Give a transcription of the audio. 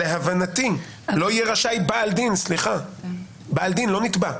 להבנתי, "לא יהיה רשאי בעל דין", לא נתבע.